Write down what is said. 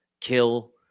kill